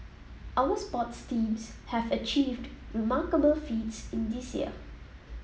our sports teams have achieved remarkable feats in this year